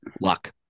luck